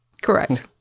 Correct